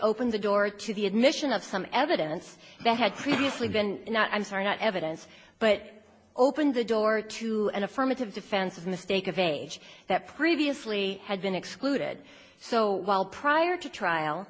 opened the door to the admission of some evidence that had previously been not i'm sorry not evidence but open the door to an affirmative defense of mistake of age that previously had been excluded so while prior to trial